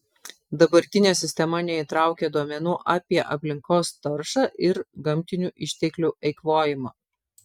dabartinė sistema neįtraukia duomenų apie aplinkos taršą ir gamtinių išteklių eikvojimą